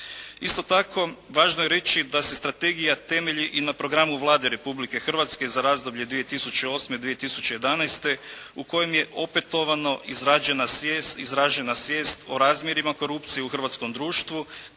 Isto tako važno je reći da se strategija temelji i na programu Vlade Republike Hrvatske za razdoblje 2008.-2011. u kojem je opetovano izražena svijest o razmjerima korupcije u hrvatskom društvu